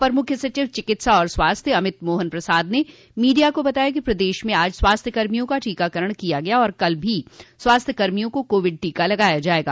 अपर मुख्य सचिव चिकित्सा एवं स्वास्थ्य अमित मोहन प्रसाद ने मीडिया को बताया कि प्रदेश में आज स्वास्थ्य कर्मियों का टीकाकरण किया गया और कल भी स्वास्थ्य कर्मियों को कोविड टीका लगाया जायेगा